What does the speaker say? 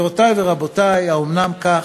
גבירותי ורבותי, האומנם כך?